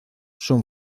son